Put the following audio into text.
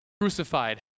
crucified